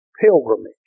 pilgrimage